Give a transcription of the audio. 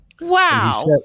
Wow